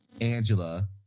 Angela